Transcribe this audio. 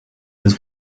was